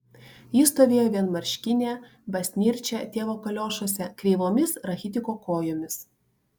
ji stovėjo vienmarškinė basnirčia tėvo kaliošuose kreivomis rachitiko kojomis